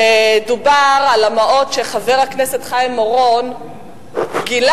דובר על המעות שחבר הכנסת חיים אורון גילה: